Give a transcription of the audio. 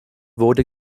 wurde